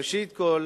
ראשית כול